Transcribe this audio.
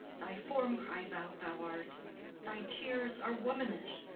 thy form cries out thou art thy tears are womanish,